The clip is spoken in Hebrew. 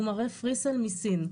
הוא מראה פרי-סייל מסין.